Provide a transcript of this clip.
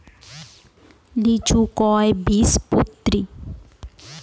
লিচু কয় বীজপত্রী?